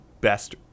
best